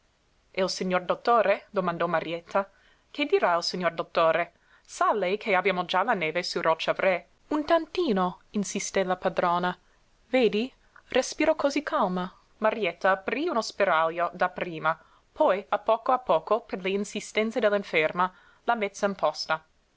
e il signor dottore domandò marietta che dirà il signor dottore sa lei che abbiamo già la neve su roccia vré un tantino insisté la padrona vedi respiro cosí calma marietta aprí uno spiraglio dapprima poi a poco a poco per le insistenze dell'inferma la mezza imposta